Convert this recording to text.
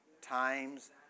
times